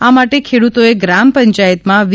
આ માટે ખેડૂતોએ ગ્રામ પંચાયતમાં વી